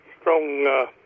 strong